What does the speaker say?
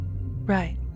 Right